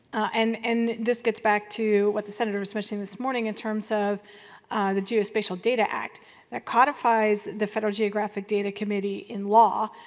and this gets back to what the senator was mentioning this morning in terms of the geospatial data act that codifies the federal geographic data committee in law.